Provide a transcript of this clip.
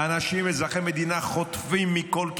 אנשים אזרחי מדינה חוטפים מכל כיוון,